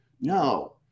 No